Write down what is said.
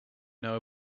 know